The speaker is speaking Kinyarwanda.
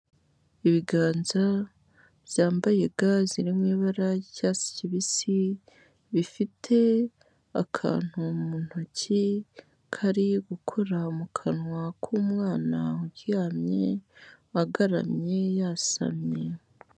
Ibiganza byambaye ga ziri mu ibara ry'icyatsi kibisi, bifite akantu mu ntoki, kari gukora mu kanwa k'umwana uryamye agaramye, yasamye.